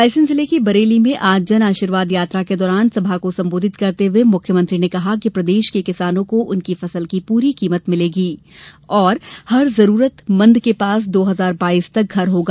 रायसेन जिले की बरेली में आज जन आशीर्वाद यात्रा के दौरान सभा को सम्बोधित करते हुए मुख्यमंत्री ने कहा कि प्रदेश के किसानों को उनकी फसल की पूरी कीमत मिलेगी और हर जरूरतमंद के पास दो हजार बाईस तक घर होगा